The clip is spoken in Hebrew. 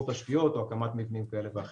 תשתיות או הקמת מבנים כאלה ואחרים.